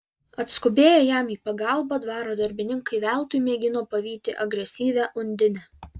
atskubėję jam į pagalbą dvaro darbininkai veltui mėgino pavyti agresyvią undinę